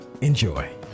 Enjoy